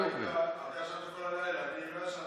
אתה ישנת כל הלילה, אני לא ישנתי,